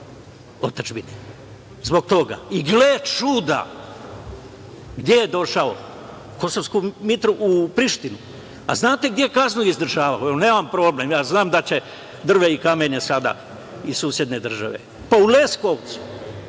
otadžbine. Zbog toga. I, gle čuda, gde je došao? U Prištinu. Znate li gde je kaznu izdržavao? Nemam problem, znam da će drvlje i kamenje sada iz susedne države. Pa, u Leskovcu.